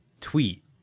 tweet